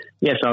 yes